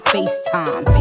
FaceTime